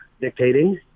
dictating